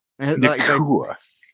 Nakua